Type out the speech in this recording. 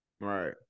Right